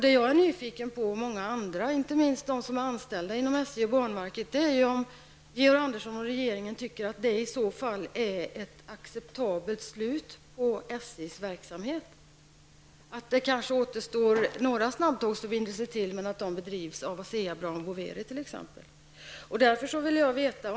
Det jag och många andra är nyfikna på, inte minst de som är anställda inom SJ och banverket, är om Georg Andersson och regeringen tycker att det i så fall är ett acceptabelt slut på SJs verksamhet. Kanske det återstår några fler snabbtågsförbindelser, men de drivs av t.ex. Asea Brown Boveri.